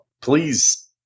please